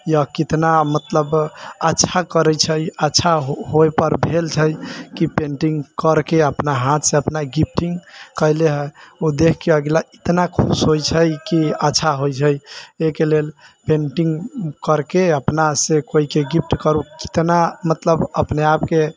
या कितना मतलब अच्छा करैत छै अच्छा होय पर भेल छै कि पेंटिङ्ग करके अपना हाथ से अपना गिफ़्टिङ्ग कैले हइ ओ देखिके अगला इतना खुश होइत छै कि अच्छा होइत छै एहिके लेल पेंटिङ्ग करके अपना से केओके गिफ़्ट करू इतना मतलब अपने आपके